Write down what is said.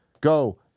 go